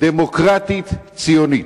יהודית-דמוקרטית, ציונית.